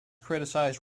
criticized